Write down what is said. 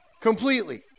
completely